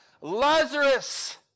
Lazarus